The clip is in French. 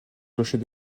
clocher